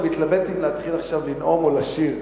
אני מתלבט אם להתחיל עכשיו לנאום או לשיר,